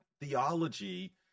Theology